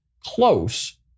close